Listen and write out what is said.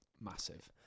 massive